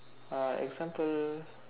uh example